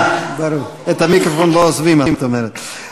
את המיקרופון לא עוזבים, את אומרת.